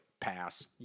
pass